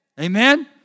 Amen